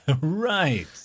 Right